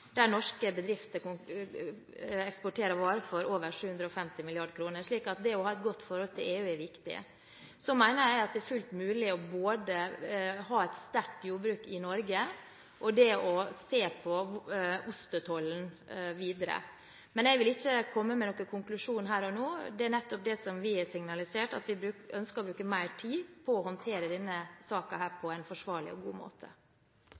der norske bedrifter eksporterer varer for over 750 mrd. kr. Det å ha et godt forhold til EU, er viktig. Jeg mener det er fullt mulig både å ha et sterkt jordbruk i Norge og å se på ostetollen videre. Men jeg vil ikke komme med noen konklusjon her og nå. Det er nettopp dette vi har signalisert; at vi ønsker å bruke mer tid på å håndtere denne saken på en forsvarlig og god måte.